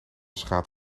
schaadt